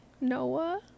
Noah